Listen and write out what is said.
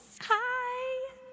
Hi